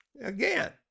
Again